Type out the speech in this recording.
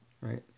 Right